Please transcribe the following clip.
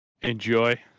Enjoy